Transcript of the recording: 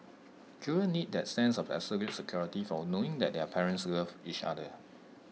children need that sense of absolute security from knowing that their parents love each other